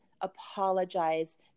apologize